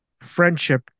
friendship